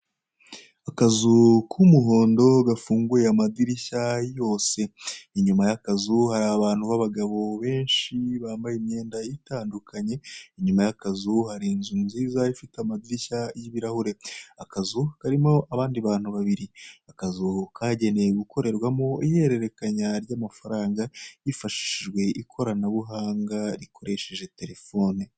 Akazu k'umuhondo gafunguye amadirishya yose, inyuma y'akazi hari abantu b'abagabo benshi bambaye imyenda itandukanye, inyuma y'akazu hari inzu nziza ifite amadirishya y'ibirahure, akazu karimo bandi bantu babiri, akazu kagenewe gukorerwamo ihererekanya ry'amafaranga, hifashishijwe ikorabuhanga rikoresheje telefone.